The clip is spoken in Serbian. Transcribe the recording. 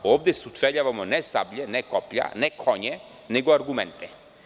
Ovde sučeljavamo ne sablje, ne koplja, ne konje, nego argumente.